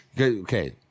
okay